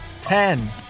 Ten